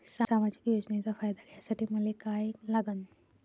सामाजिक योजनेचा फायदा घ्यासाठी मले काय लागन?